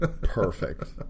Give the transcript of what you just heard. Perfect